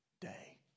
day